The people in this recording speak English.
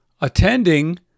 attending